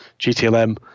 GTLM